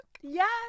Yes